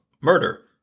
murder